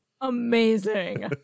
Amazing